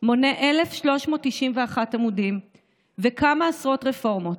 מונה 1,391 עמודים וכמה עשרות רפורמות,